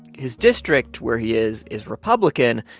his district where he is is republican,